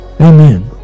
amen